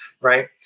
right